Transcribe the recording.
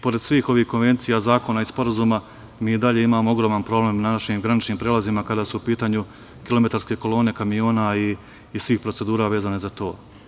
Pored svih ovih konvencija zakona i sporazuma, mi i dalje imamo ogroman problem na našim graničnim prelazima kada su u pitanju kilometarske kolone kamiona i svih procedura vezanih za to.